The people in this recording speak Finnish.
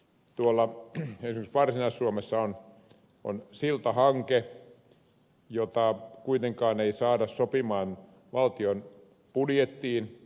esimerkiksi varsinais suomessa on siltahanke jota kuitenkaan ei saada sopimaan valtion budjettiin